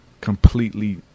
completely